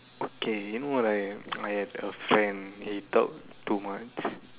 okay you know what I I have a friend he talk too much